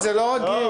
זה לא רק גיל.